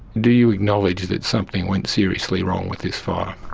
do you acknowledge that something went seriously wrong with this fire?